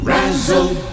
Razzle